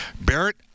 Barrett